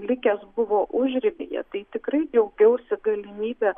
likęs buvo užribyje tai tikrai džiaugiausi galimybe